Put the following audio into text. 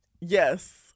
yes